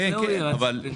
הנושא הוא יועצים פנסיוניים.